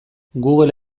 google